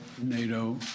NATO